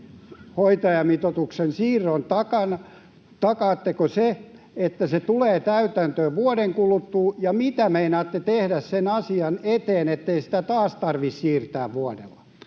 hoitajamitoituksen siirron takana? Takaatteko sen, että se tulee täytäntöön vuoden kuluttua? Ja mitä meinaatte tehdä sen asian eteen, ettei sitä taas tarvitse siirtää vuodella?